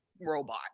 robot